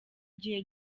gihe